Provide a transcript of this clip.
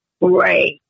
Right